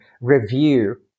review